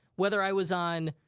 whether i was on